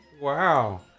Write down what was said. Wow